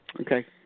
Okay